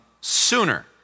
sooner